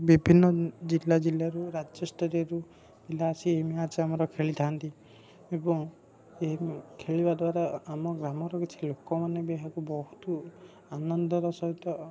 ବିଭିନ୍ନ ଜିଲ୍ଲା ଜିଲ୍ଲାରୁ ରାଜ୍ୟ ସ୍ତରୀୟରୁ ପିଲା ଆସି ଏହି ମ୍ୟାଚ୍ ଆମର ଖେଳିଥାନ୍ତି ଏବଂ ଏହି ଖେଳିବା ଦ୍ୱାରା ଆମ ଗ୍ରାମର କିଛି ଲୋକମାନେ ବି ଏହାକୁ ବହୁତ ଆନନ୍ଦର ସହିତ